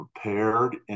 prepared